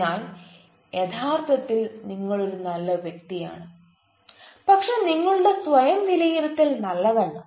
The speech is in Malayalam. എന്നാൽ യഥാർത്ഥത്തിൽ നിങ്ങൾ ഒരു നല്ല വ്യക്തിയാണ് പക്ഷേ നിങ്ങളുടെ സ്വയം വിലയിരുത്തൽ നല്ലതല്ല